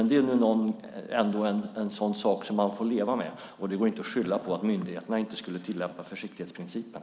Det är ändå en sådan sak som man får leva med. Det går inte att skylla på att myndigheterna inte tillämpar försiktighetsprincipen.